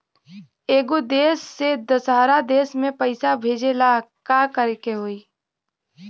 एगो देश से दशहरा देश मे पैसा भेजे ला का करेके होई?